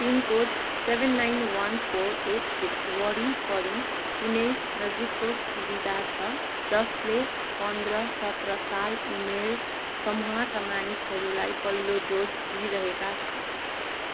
pin code seven nine one four eight six वरिपरि कुनै नजिकको सुविधा छ जसले पन्ध्र सत्र साल उमेर समूहका मानिसहरूलाई पहिलो डोज दिइरहेका छ